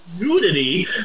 nudity